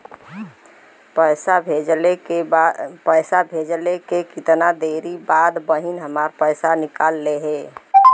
पैसा भेजले के कितना देरी के बाद बहिन हमार पैसा निकाल लिहे?